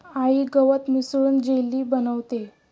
आई गवत मिसळून जेली बनवतेय